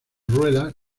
ruedas